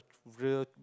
real